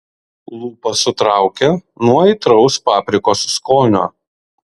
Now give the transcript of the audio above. lūpas sutraukė nuo aitraus paprikos skonio